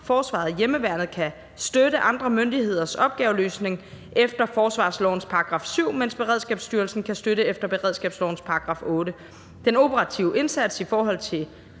Forsvaret og hjemmeværnet kan støtte andre myndigheders opgaveløsning efter forsvarslovens § 7, mens Beredskabsstyrelsen kan støtte efter beredskabslovens § 8. Den operative indsats i forhold til